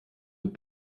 wird